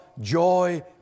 joy